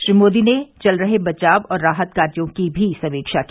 श्री मोदी ने चल रहे बचाव और राहत कार्यो की भी समीक्षा की